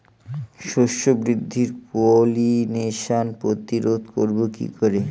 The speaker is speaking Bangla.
শস্য বৃদ্ধির পলিনেশান প্রতিরোধ করব কি করে?